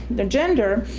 the gender,